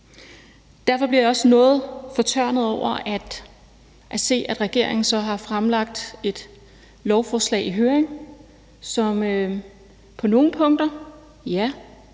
Derfor bliver jeg også noget fortørnet over at se, at regeringen har sendt et lovforslag i høring, som på nogle punkter –